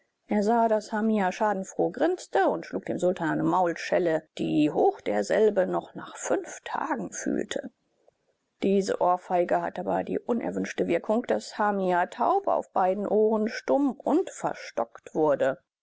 er sah daß hamia schadenfroh grinste und schlug dem sultan eine maulschelle die hochderselbe noch nach fünf tagen fühlte diese ohrfeige hatte aber die unerwünschte wirkung daß hamia taub auf beiden ohren stumm und verstockt wurde